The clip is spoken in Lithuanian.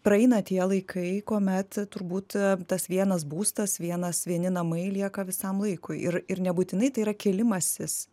praeina tie laikai kuomet turbūt a tas vienas būstas vienas vieni namai lieka visam laikui ir ir nebūtinai tai yra kėlimasis